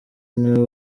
niwe